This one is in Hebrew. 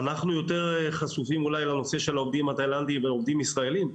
אנחנו יותר חשופים אולי לנושא של העובדים התאילנדים והעובדים הישראליים,